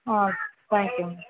ah thank you ma'am